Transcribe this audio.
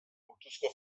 kultuzko